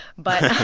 but.